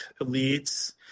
elites